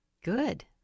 Good